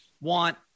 want